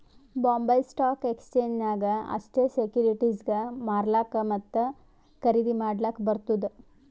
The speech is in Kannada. ಬಾಂಬೈ ಸ್ಟಾಕ್ ಎಕ್ಸ್ಚೇಂಜ್ ನಾಗ್ ಅಷ್ಟೇ ಸೆಕ್ಯೂರಿಟಿಸ್ಗ್ ಮಾರ್ಲಾಕ್ ಮತ್ತ ಖರ್ದಿ ಮಾಡ್ಲಕ್ ಬರ್ತುದ್